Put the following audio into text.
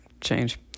change